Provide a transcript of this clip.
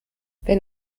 wenn